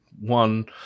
One